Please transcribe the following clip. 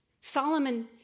Solomon